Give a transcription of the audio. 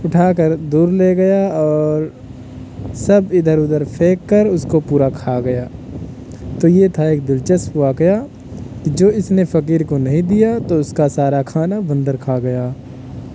اٹھا کر دور لے گیا اور سب ادھر ادھر پھیک کر اس کو پورا کھا گیا تو یہ تھا ایک دلچسپ واقعہ جو اس نے فقیر کو نہیں دیا تو اس کا سارا کھانا بندر کھا گیا